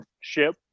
Ship